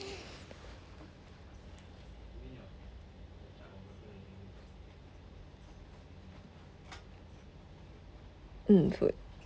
mm food